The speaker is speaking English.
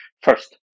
First